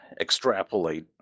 extrapolate